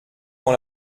ans